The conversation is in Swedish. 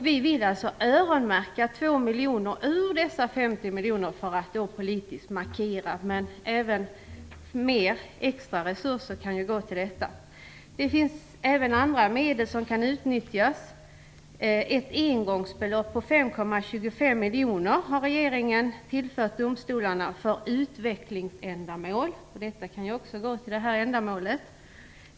Vi vill öronmärka 2 miljoner ur dessa 50 miljoner för att göra en politisk markering. Men även extra resurser kan gå till detta. Det finns även andra medel som kan utnyttjas. Ett engångsbelopp på 5,25 miljoner har regeringen tillfört domstolarna för utvecklingsändamål. En del av det kan också gå till detta ändamål.